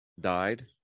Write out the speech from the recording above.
died